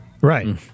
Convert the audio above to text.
right